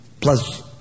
Plus